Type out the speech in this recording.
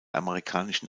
amerikanischen